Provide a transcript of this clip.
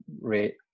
rate